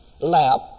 lap